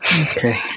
Okay